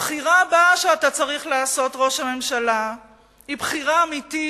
הבחירה הבאה שאתה צריך לעשות היא בחירה אמיתית,